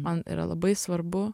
man yra labai svarbu